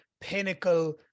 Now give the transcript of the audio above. pinnacle